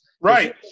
Right